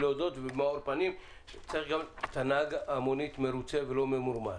צריך שיהיה מרוצה ולא ממורמר.